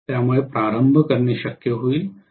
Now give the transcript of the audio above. त्यामुळे प्रारंभ करणे शक्य होईल